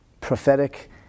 prophetic